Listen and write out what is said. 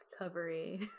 recovery